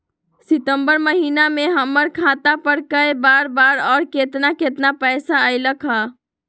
सितम्बर महीना में हमर खाता पर कय बार बार और केतना केतना पैसा अयलक ह?